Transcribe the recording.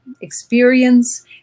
experience